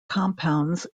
compounds